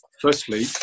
firstly